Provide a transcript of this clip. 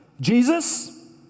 Jesus